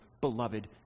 beloved